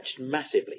massively